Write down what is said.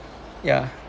ya